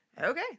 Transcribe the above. Okay